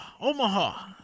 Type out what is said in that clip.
Omaha